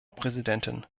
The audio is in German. präsidentin